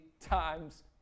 times